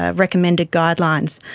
ah recommended guidelines,